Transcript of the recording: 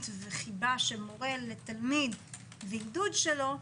וחיבה של מורה לתלמיד ועידוד שלו,